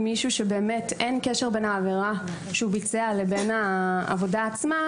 ממישהו שבאמת אין קשר בין העבירה שהוא ביצע לבין העבודה עצמה.